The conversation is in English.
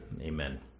amen